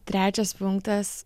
trečias punktas